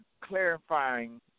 clarifying